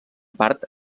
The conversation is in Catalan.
part